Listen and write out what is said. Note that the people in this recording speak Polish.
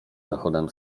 zachodem